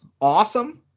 awesome